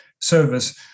service